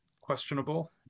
questionable